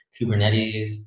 Kubernetes